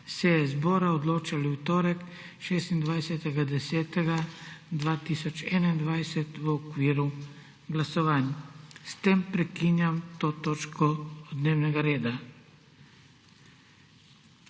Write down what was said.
zbora odločali v torek, 26. 10. 2021, v okviru glasovanj. S tem prekinjam to točko dnevnega reda.